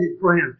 friend